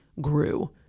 grew